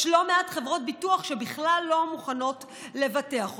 יש לא מעט חברות ביטוח שבכלל לא מוכנות לבטח אותם.